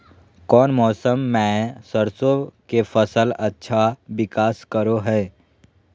कौन मौसम मैं सरसों के फसल अच्छा विकास करो हय?